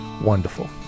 Wonderful